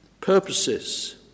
purposes